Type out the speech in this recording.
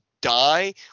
die